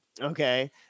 Okay